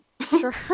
Sure